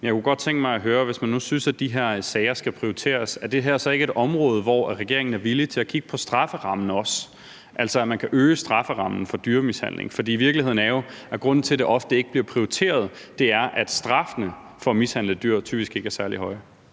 Jeg kunne godt tænke mig at høre: Hvis man nu synes, at de her sager skal prioriteres, er det her så ikke et område, hvor regeringen er villig til at kigge på strafferammen også, altså at man kan øge strafferammen for dyremishandling? For virkeligheden er jo, at grunden til, at det ofte ikke bliver prioriteret, er, at straffene for at mishandle dyr typisk ikke er særlig høje.